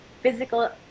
physical